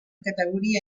categoria